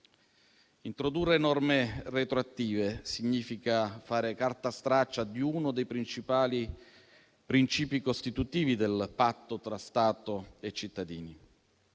Introdurre norme retroattive significa fare carta straccia di uno dei principali principi costitutivi del patto tra Stato e cittadini.